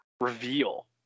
reveal